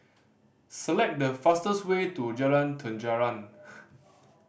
select the fastest way to Jalan Terentang